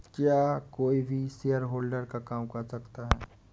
क्या कोई भी शेयरहोल्डर का काम कर सकता है?